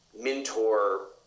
mentor